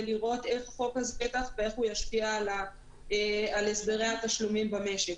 לראות איך החוק הזה ישפיע על הסדרי התשלומים במשק.